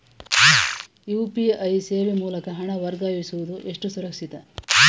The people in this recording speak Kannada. ಯು.ಪಿ.ಐ ಸೇವೆ ಮೂಲಕ ಹಣ ವರ್ಗಾಯಿಸುವುದು ಎಷ್ಟು ಸುರಕ್ಷಿತ?